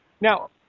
Now